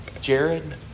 Jared